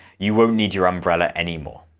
you won't need your umbrella anymore.